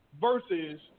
versus